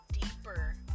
deeper